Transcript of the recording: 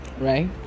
Right